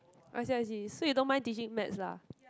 I see I see so you don't mind teaching maths lah